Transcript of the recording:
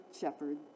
shepherd